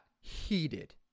heated